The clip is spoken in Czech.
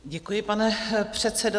Děkuji, pane předsedo.